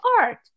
art